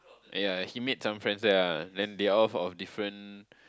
ya he made some friends there ah then they're all of different